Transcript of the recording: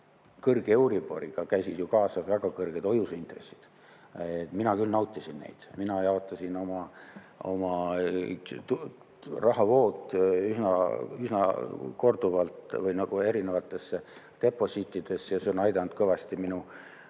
Kõrge euriboriga käisid ju kaasas väga kõrged hoiuseintressid ja mina küll nautisin neid. Mina jaotasin oma rahavood üsna korduvalt erinevatesse deposiitidesse ja see on aidanud kõvasti minu